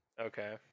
Okay